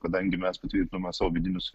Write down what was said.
kadangi mes patvirtinome savo vidinius